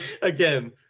again